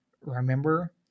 remember